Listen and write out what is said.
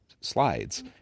slides